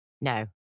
No